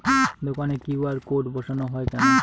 দোকানে QR code বসানো হয় কেন?